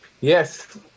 Yes